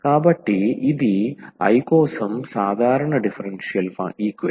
కాబట్టి ఇది I కోసం సాధారణ డిఫరెన్షియల్ ఈక్వేషన్